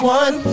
one